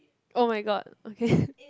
[oh]-my-god okay